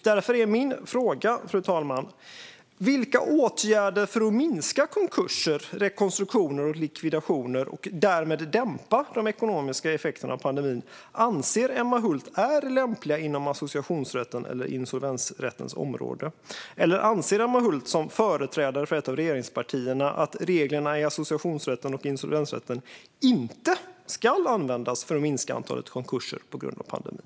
Därför är min fråga, fru talman: Vilka åtgärder för att minska konkurser, rekonstruktioner och likvidationer och därmed dämpa de ekonomiska effekterna av pandemin anser Emma Hult är lämpliga inom associationsrättens eller insolvensrättens område? Eller anser Emma Hult, som företrädare för ett av regeringspartierna, att reglerna i associationsrätten och insolvensrätten inte ska användas för att minska antalet konkurser på grund av pandemin?